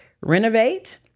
renovate